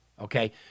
Okay